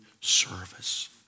service